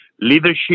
Leadership